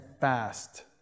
fast